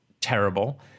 terrible